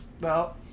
No